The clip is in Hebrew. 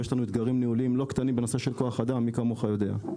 ויש לנו אתגרים לא קטנים בנושא של כוח האדם מי כמוך יודע.